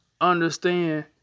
understand